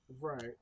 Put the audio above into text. Right